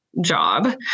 job